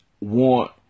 want